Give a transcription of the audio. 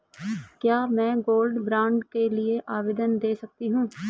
क्या मैं gold bond के लिए आवेदन दे सकती हूँ?